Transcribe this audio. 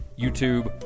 YouTube